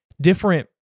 different